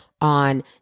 on